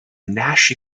nash